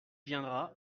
viendra